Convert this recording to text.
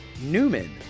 Newman